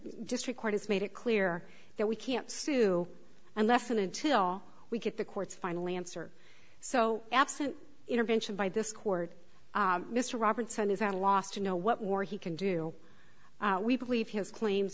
district court has made it clear that we can't sue unless and until we get the court's final answer so absent intervention by this court mr robinson is at a loss to know what more he can do we believe his claims